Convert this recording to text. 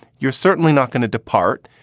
you're certainly not going to depart,